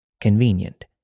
Convenient